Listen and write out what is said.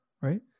right